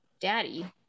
daddy